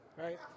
right